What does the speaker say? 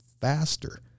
faster